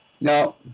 No